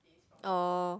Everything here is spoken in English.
oh